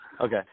Okay